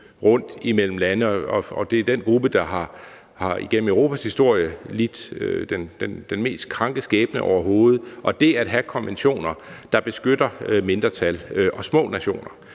rundt imellem landene end dem. Og det er den gruppe, der igennem Europas historie har lidt den mest kranke skæbne overhovedet. Det at have konventioner, der beskytter mindretal og små nationer,